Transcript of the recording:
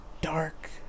dark